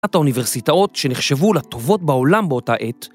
את האוניברסיטאות שנחשבו לטובות בעולם באותה עת.